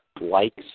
likes